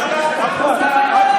זכות התגובה.